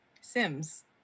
Sims